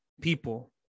people